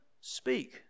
speak